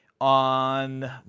on